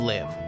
Live